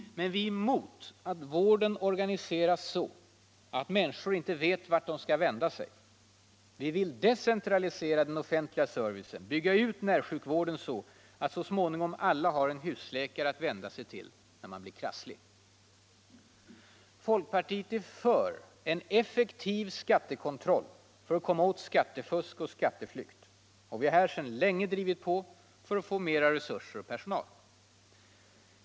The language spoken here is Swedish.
Men vi är mot att vården organiseras så att människor inte vet vart de skall vända sig. Vi vill decentralisera den offentliga servicen, bygga ut närsjukvården så att så småningom alla har en husläkare att vända sig till när man blir krasslig. Folkpartiet är för en effektiv skattekontroll för att komma åt skattefusk och skatteflykt. Vi har här sedan länge drivit på för att få mer resurser och personal.